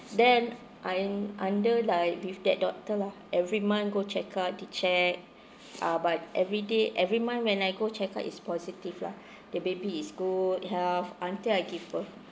then I'm under like with that doctor lah every month go check up to check ah but everyday every month when I go check up is positive lah the baby is good health until I give birth